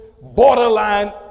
borderline